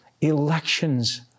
Elections